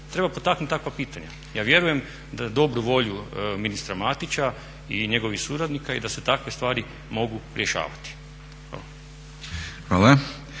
treba potaknuti takva pitanja. Ja vjerujem u dobru volju ministra Matića i njegovih suradnika i da se takve stvari mogu rješavati. Hvala.